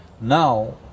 Now